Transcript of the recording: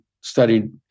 studied